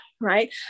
right